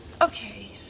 Okay